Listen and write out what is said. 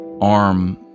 arm